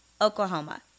Oklahoma